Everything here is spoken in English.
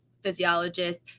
physiologist